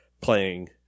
playing